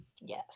Yes